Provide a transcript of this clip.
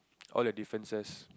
all the differences